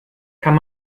kann